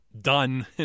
done